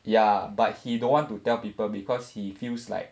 ya but he don't want to tell people because he feels like